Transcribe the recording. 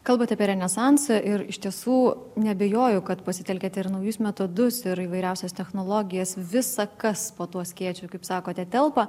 kalbant apie renesansą ir iš tiesų neabejoju kad pasitelkiat ir naujus metodus ir įvairiausias technologijas visa kas po tuo skėčiu kaip sakote telpa